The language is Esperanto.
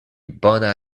bona